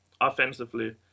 offensively